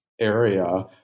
area